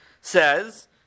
says